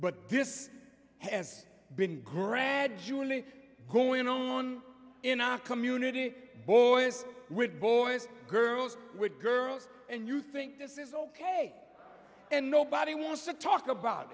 but this has been gradually going on in our community boys with boys girls with girls and you think this is ok and nobody wants to talk about